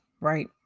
right